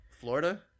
florida